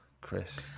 Chris